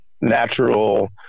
natural